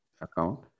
account